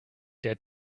der